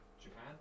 Japan